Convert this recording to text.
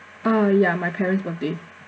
uh ya my parent's birthday